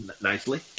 nicely